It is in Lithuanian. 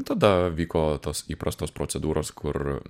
tada vyko tos įprastos procedūros kur